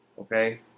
Okay